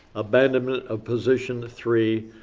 abandonment of position, three.